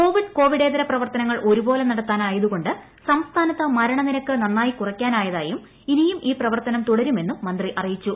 Covid കോവിഡേത്ര പ്രവർത്തനങ്ങൾ ഒരുപോലെ നടത്താനായതു കൊണ്ട് സ്ംസ്ഥാനത്ത് മരണനിരക്ക് നന്നായി കുറയ്ക്കാനായതായും ഇനിയും ഈ പ്രവർത്തനം തുടരുമെന്നും മന്ത്രി അറിയിച്ചു